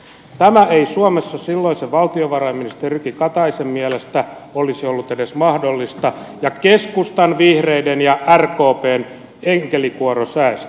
tämä ei suomessa silloisen valtiovarainministerin jyrki kataisen mielestä olisi ollut edes mahdollista ja keskustan vihreiden ja rkpn enkelikuoro säesti